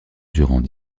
durant